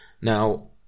Now